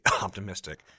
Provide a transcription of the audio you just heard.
optimistic